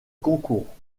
concours